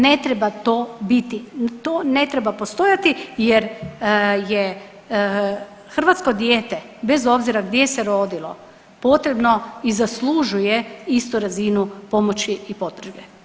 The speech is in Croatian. Ne treba to biti, to ne treba postojati jer je hrvatsko dijete bez obzira gdje se rodilo potrebno i zaslužuje istu razinu pomoći i potrebe.